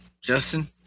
Justin